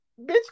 bitch